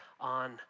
on